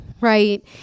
right